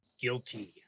guilty